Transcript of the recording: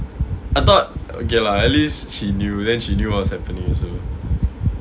I thought okay lah at least she knew then she knew what was happening also